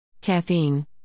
Caffeine